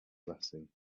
blessing